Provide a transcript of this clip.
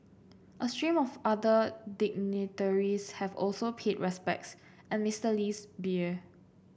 a stream of other dignitaries have also pig respects at Mister Lee's bier